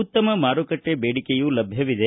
ಉತ್ತಮ ಮಾರುಕಟ್ಟೆ ಬೇಡಿಕೆಯೂ ಲಭ್ಯವಿದೆ